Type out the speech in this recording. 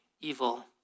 evil